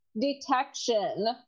Detection